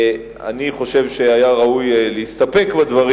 היה ראוי להסתפק בדברים.